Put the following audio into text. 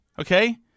okay